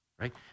Right